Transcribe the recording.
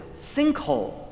sinkhole